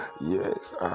yes